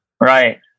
Right